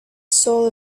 soul